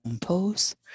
pose